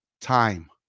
time